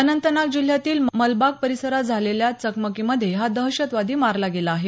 अनंतनाग जिल्ह्यातील मलबाग परिसरात झालेल्या चकमकीमधे हा दहशतवादी मारला गेला आहे